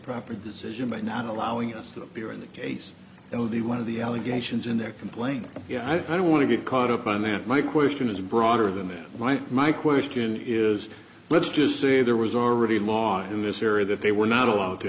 improper decision by not allowing us to appear in the case that would be one of the allegations in their complaint i don't want to get caught up on that my question is broader than that my my question is let's just say there was already law in this area that they were not allowed to